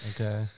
Okay